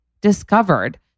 discovered